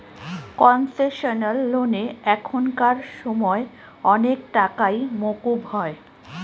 concessional লোনে এখানকার সময় অনেক টাকাই মকুব হয়